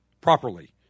properly